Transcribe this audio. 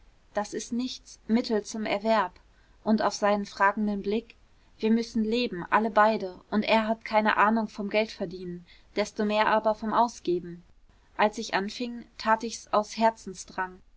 das ist nichts mittel zum erwerb und auf seinen fragenden blick wir müssen leben alle beide und er hat keine ahnung vom geldverdienen desto mehr aber vom ausgeben als ich anfing tat ich's aus